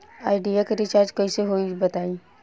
Idea के recharge कइसे होई बताईं?